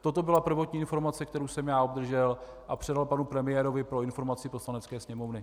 Toto byla prvotní informace, kterou jsem obdržel a předal panu premiérovi pro informaci Poslanecké sněmovny.